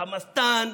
חמאסטן,